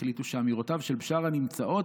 החליטו שאמירותיו של בשארה נמצאות